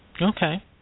Okay